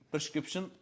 Prescription